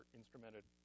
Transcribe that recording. instrumented